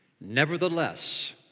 nevertheless